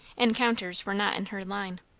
encounters were not in her line.